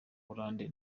hollande